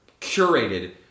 curated